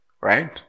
right